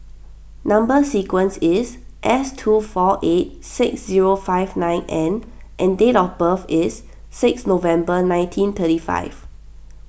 Number Sequence is S two four eight six zero five nine N and date of birth is six November nineteen thirty five